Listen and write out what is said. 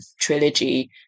trilogy